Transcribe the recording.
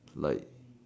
like